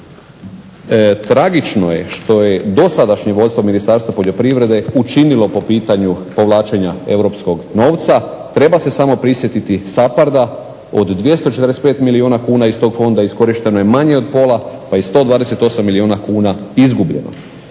Tragično je što je dosadašnje vodstvo Ministarstva poljoprivrede učinilo po pitanju povlačenja europskog novca. Treba se samo prisjetiti SAPARD-a. Od 245 milijuna kuna iz tog fonda iskorišteno je manje od pola, pa je 128 milijuna kuna izgubljeno.